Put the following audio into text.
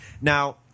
Now